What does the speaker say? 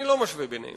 אני לא משווה ביניהם.